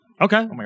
Okay